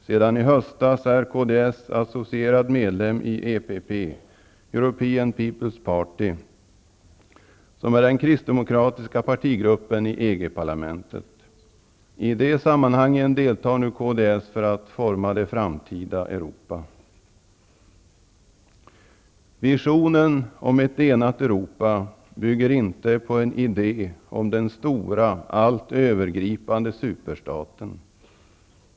Sedan i höstas är kds associerad medlem i EEP, European Peoples Party, som är den kristdemokratiska partigruppen i EG parlamentet. I de sammanhangen deltar nu kds för att forma det framtida Europa. Visionen om ett enat Europa bygger inte på en idé om den stora allt övergripande superstaten.